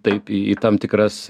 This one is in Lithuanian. taip į tam tikras